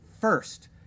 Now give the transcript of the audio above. first